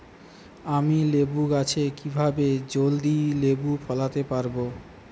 আমি লেবু গাছে কিভাবে জলদি লেবু ফলাতে পরাবো?